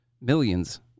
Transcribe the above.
Millions